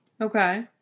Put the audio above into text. Okay